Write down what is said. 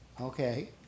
Okay